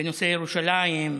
בנושא ירושלים,